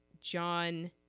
John